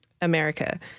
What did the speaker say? America